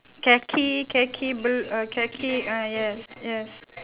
khaki khaki bl~ uh khaki ah yes yes